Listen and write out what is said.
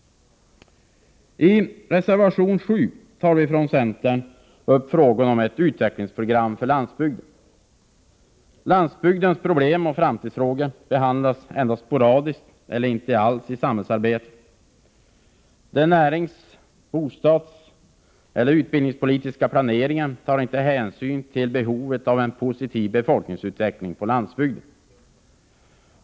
I reservation 7 tar vi från centern upp frågan om ett utvecklingsprogram för landsbygden. Landsbygdens problem och framtidsfrågor behandlas endast sporadiskt eller inte alls i samhällsarbetet. Den närings-, bostadseller utbildningspolitiska planeringen tar inte hänsyn till behovet av en positiv befolkningsutveckling på landsbygden.